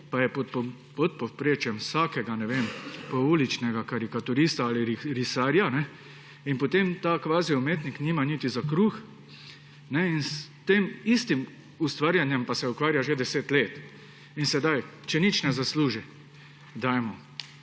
pa je pod povprečjem vsakega, ne vem, pouličnega karikaturista ali risarja in potem ta kvaziumetnik nima niti za kruh, s tem istim ustvarjanjem pa se ukvarja že 10 let. Če nič ne zasluži – dajmo,